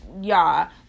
y'all